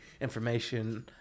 information